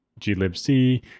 glibc